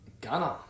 gunner